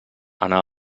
anar